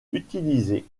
utilisées